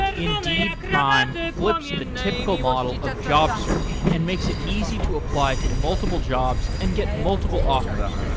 indeed prime flips the typical model of job search and makes it easy to apply to multiple jobs and get multiple offers.